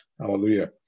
Hallelujah